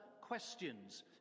questions